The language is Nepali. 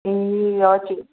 ए हजुर